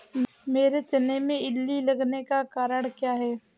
मेरे चने में इल्ली लगने का कारण क्या है?